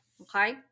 okay